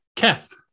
Keth